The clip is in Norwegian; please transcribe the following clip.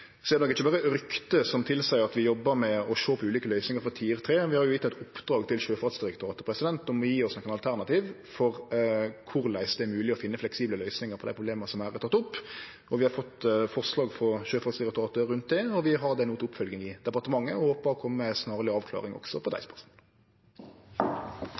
er nok ikkje berre rykte som tilseier at vi jobbar med å sjå på ulike løysingar for Tier III. Vi har gjeve eit oppdrag til Sjøfartsdirektoratet om å gje oss nokre alternativ for korleis det er mogleg å finne fleksible løysingar på dei problema som her er tekne opp, og vi har fått forslag frå Sjøfartsdirektoratet rundt det. Vi har det no til oppfølging i departementet og håpar å kome med ei snarleg avklaring også på dei